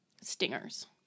stingers